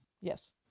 Yes